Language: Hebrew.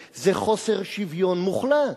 זה חוסר שוויון מוחלט.